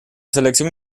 selección